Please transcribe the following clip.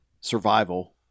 survival